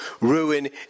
ruin